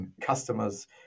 customers